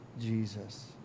Jesus